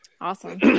Awesome